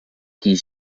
qui